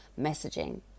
messaging